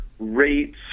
rates